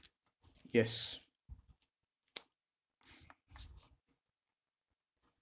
yes